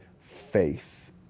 faith